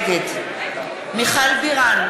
נגד מיכל בירן,